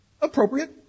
Appropriate